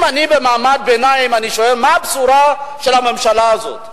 אם אני במעמד הביניים אני שואל: מה הבשורה של הממשלה הזאת?